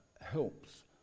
helps